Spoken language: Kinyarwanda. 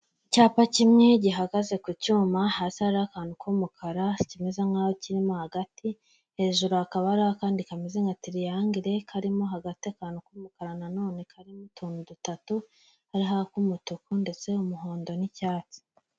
Icyapa kimwe gihagaze ku cyuma, hasi hariho akantu k'umukara, kimeze nk'aho kirimo hagati, hejuru hakaba hariho akandi kameze nka tiriyangere, karimo hagati akantu k'umukara na none karimo utuntu dutatu, hariho ak'umutuku ndetse umuhondo n'icyatsi.